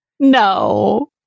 No